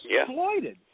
exploited